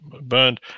burned